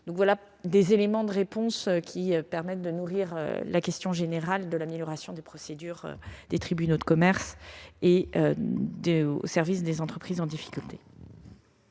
Ces quelques éléments de réponse permettront de nourrir une réflexion plus générale sur l'amélioration des procédures des tribunaux de commerce au service des entreprises en difficulté.